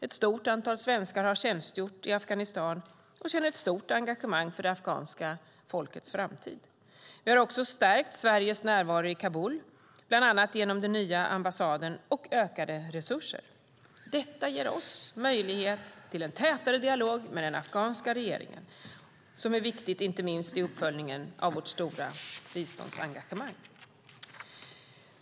Ett stort antal svenskar har tjänstgjort i Afghanistan och känner ett stort engagemang för det afghanska folkets framtid. Vi har också stärkt Sveriges närvaro i Kabul, bland annat genom den nya ambassaden och ökade resurser. Detta ger oss möjlighet till en tätare dialog med den afghanska regeringen, som är viktig inte minst i uppföljningen av vårt stora biståndsengagemang.